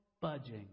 budging